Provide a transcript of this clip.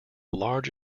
large